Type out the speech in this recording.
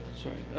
sorry.